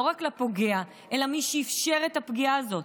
לא רק על הפוגע אלא על מי שאפשר את הפגיעה הזאת,